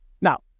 now